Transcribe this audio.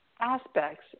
aspects